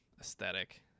aesthetic